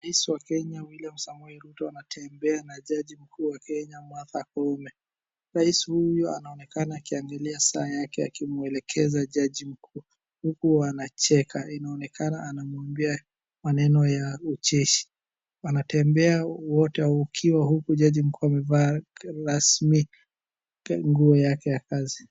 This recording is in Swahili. Rais wa Kenya ,William Samoei Ruto anatembea na jaji mkuu, Martha Koome. Rais huyo anaonekana akiangalia saa yake akimuelekeza jaji huku wanacheka. Inaonekana anamwambia maneno ya ucheshi. Wanatembea wote ikiwa huku jaji mkuu amevaa rasmi nguo yake ya kazi.